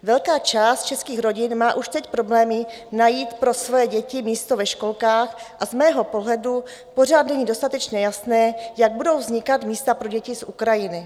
Velká část českých rodin má už teď problémy najít pro svoje děti místo ve školkách a z mého pohledu pořád není dostatečně jasné, jak budou vznikat místa pro děti z Ukrajiny.